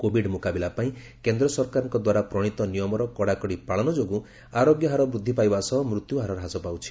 covid ମୁକାବିଲା ପାଇଁ କେନ୍ଦ୍ର ସରକାରଙ୍କ ଦ୍ୱାରା ପ୍ରଣିତ ନିୟମର କଡ଼ାକଡ଼ି ପାଳନ ଯୋଗୁଁ ଆରୋଗ୍ୟ ହାର ବୃଦ୍ଧି ପାଇବା ସହ ମୃତ୍ୟୁହାର ହ୍ରାସ ପାଉଛି